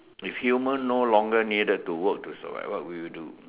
if human no longer needed to work to survive what would you do